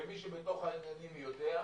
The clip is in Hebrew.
ומי שבתוך העניינים יודע,